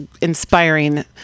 inspiring